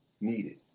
needed